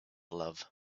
love